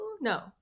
No